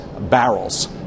barrels